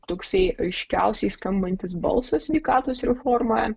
toks aiškiausiai skambantis balsas sveikatos reformoje